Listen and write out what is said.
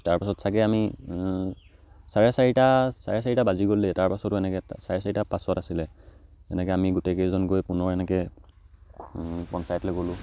তাৰপাছত ছাগৈ আমি চাৰে চাৰিটা চাৰে চাৰিটা বাজি গ'লেই তাৰপাছতো এনেকৈ চাৰে চাৰিটা পাছত আছিলে এনেকৈ আমি গোটেইকেইজন গৈ পুনৰ এনেকৈ পঞ্চায়তলৈ গ'লোঁ